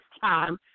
time